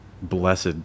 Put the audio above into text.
blessed